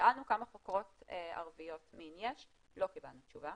שאלנו כמה חוקרות מין ערביות יש, לא קיבלנו תשובה.